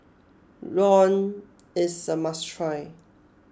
Rawon is a must try